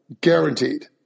guaranteed